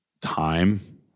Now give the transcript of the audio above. time